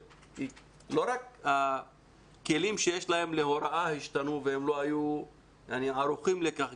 לא רק הכלים שיש להם להוראה השתנו והם לא היו ערוכים לכך,